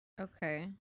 Okay